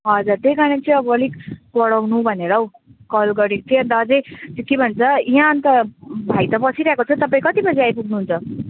हजुर त्यही कारण चाहिँ अब अलिक पढाउनु भनेर हौ कल गरेको थिएँ अन्त अझै के भन्छ यहाँ अन्त भाइ त बसिरहेको छ तपाईँ कति बजी आइपुग्नु हुन्छ